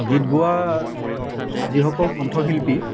গীত গোৱা যিসকল কণ্ঠশিল্পী